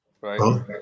right